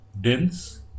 dense